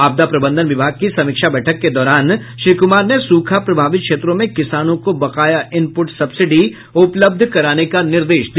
आपदा प्रबंधन विभाग की समीक्षा बैठक के दौरान श्री कुमार ने सूखा प्रभावित क्षेत्रों में किसानों को बकाया इनप्रट सब्सिडी उपलब्ध कराने का निर्देश दिया